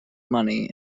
money